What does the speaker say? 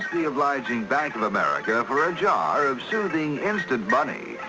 the obliging bank of america for a jar of soothing instant money.